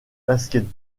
basket